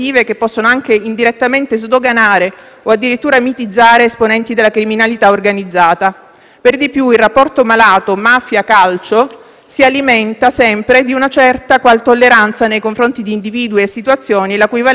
In sede di prova, agli aspiranti autisti sarebbero stati forniti, come del resto è prassi, un cedolino con i dati anagrafici prestampati, un foglio con le domande e uno per le risposte, da indicare annerendo le apposite caselle.